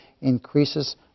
increases